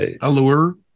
allure